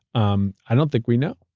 um i don't think we know.